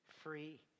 free